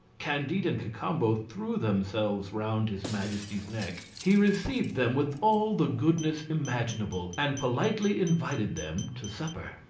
candide and cacambo threw themselves round his majesty's neck. he received them with all the goodness imaginable, and politely invited them to supper.